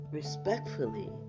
respectfully